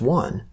one